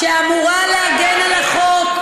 שאמורה להגן על החוק.